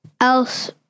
else